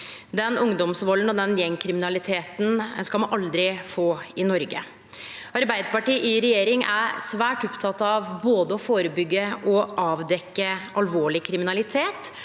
ungdomsvalden og den gjengkriminaliteten skal me aldri få i Noreg. Arbeidarpartiet i regjering er svært oppteke av å både førebyggje og avdekkje alvorleg kriminalitet.